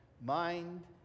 mind